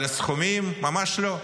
אבל הסכומים ממש לא,